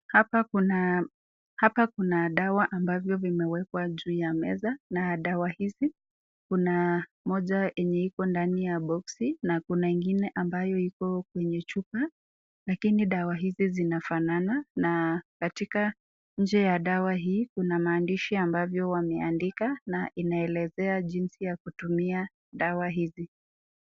Hapa kuna dawa ambavyo vimewekwa juu ya meza. Na dawa hizi kuna moja yenye iko ndani ya boksi na kuna ingine ambayo iko kwenye chupa. Lakini dawa hizi zinafanana na katika nje ya dawa hii kuna maandisha ambavyo wameandika na inaelezea jinsi ya kutumia dawa hizi.